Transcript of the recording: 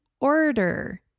order